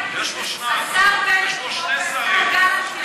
השר בנט והשר גלנט.